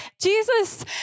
Jesus